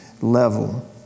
level